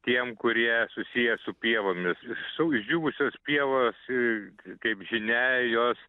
tiem kurie susiję su pievomis su išdžiūvusios pievos ir kaip žinia jos